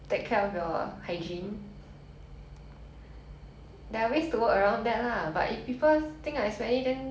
there are ways to work around that lah but if people think I smelly then just say like I smelly lah